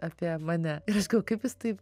apie mane ir aš galvoju kaip jis taip